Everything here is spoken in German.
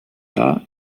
jahr